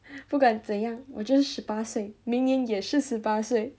不管怎样我就是十八岁明年也是十八岁